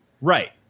Right